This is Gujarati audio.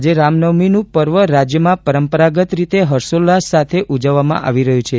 આજે રામનવમીનું પર્વ રાજ્યમાં પરંપરાગત રીતે હર્ષોલ્લાસ સાથે ઉજવવામાં આવી રહ્યું છે